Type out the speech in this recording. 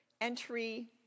entry